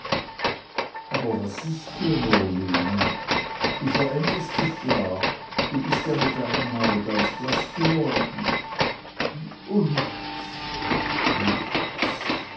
aber was ist dir nur lene du veränderst dich ja du bist ja mit einem male ganz blaß geworden o nichts nichts